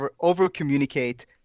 over-communicate